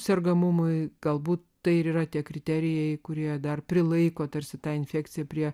sergamumui galbūt tai ir yra tie kriterijai kurie dar prilaiko tarsi ta infekcija prie